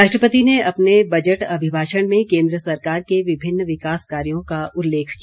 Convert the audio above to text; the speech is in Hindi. राष्ट्रपति ने अपने बजट अभिभाषण में केन्द्र सरकार के विभिन्न विकास कार्यों का उल्लेख किया